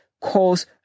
cause